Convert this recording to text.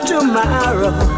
Tomorrow